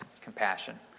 Compassion